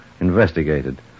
investigated